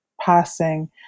passing